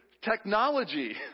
Technology